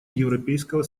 европейского